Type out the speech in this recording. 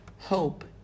hope